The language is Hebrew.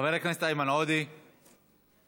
חבר הכנסת איימן עודה, איננו,